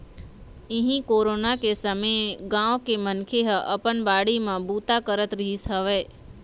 इहीं कोरोना के समे गाँव के मनखे ह अपन बाड़ी म बूता करत रिहिस हवय